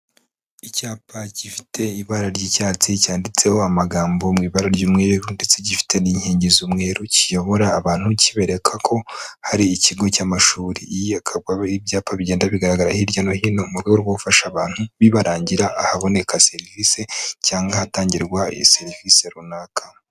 Icyapa gifite ibara ry'icyatsi cyanditseho amagambo mu ibara ry'umweru ndetse gifite n'inkingi z'umwe kiyobora abantu kibereka ko hari ikigo cy'amashuri. Ibi akaba ari ibyapa bigenda bigaragara hirya no hino mu rwego rwo gufasha abantu bibarangira ahaboneka serivisi cyangwa hatangirwa iyo serivisi runaka.